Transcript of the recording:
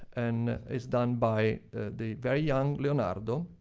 and it's done by the very young leonardo,